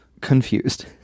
confused